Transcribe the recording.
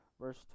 verse